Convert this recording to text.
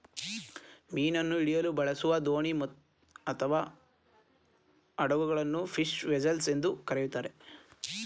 ಮೀನನ್ನು ಹಿಡಿಯಲು ಬಳಸುವ ದೋಣಿ ಅಥವಾ ಹಡಗುಗಳನ್ನು ಫಿಶ್ ವೆಸೆಲ್ಸ್ ಎಂದು ಕರಿತಾರೆ